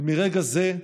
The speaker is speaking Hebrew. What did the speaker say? ומרגע זה,